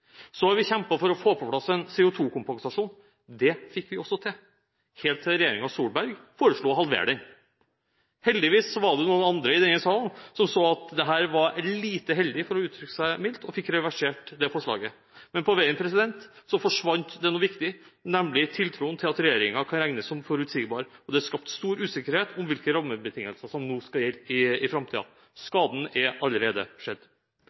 Så har vi kjempet for å få på plass en CO2-kompensasjon. Det fikk vi også til, helt til regjeringen Solberg foreslo å halvere den. Heldigvis var det noen andre i denne salen som så at dette var lite heldig – for å uttrykke det mildt – og fikk reversert det forslaget. Men på veien forsvant det noe viktig, nemlig tiltroen til at regjeringen kan regnes som forutsigbar, og det har skapt stor usikkerhet om hvilke rammebetingelser som skal gjelde i framtiden. Skaden er allerede skjedd.